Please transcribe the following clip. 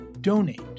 donate